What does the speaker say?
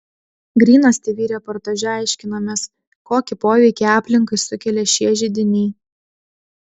grynas tv reportaže aiškinamės kokį poveikį aplinkai sukelia šie židiniai